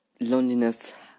loneliness